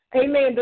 Amen